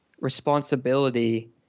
responsibility